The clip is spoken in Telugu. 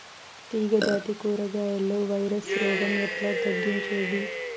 తీగ జాతి కూరగాయల్లో వైరస్ రోగం ఎట్లా తగ్గించేది?